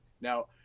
Now